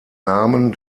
namen